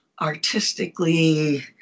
artistically